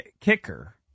kicker